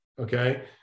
okay